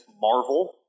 Marvel